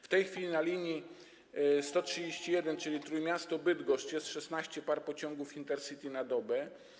W tej chwili na linii nr 131, czyli Trójmiasto - Bydgoszcz, jest 16 par pociągów Intercity na dobę.